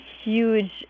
huge